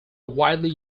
widely